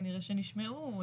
כנראה שנשמעו,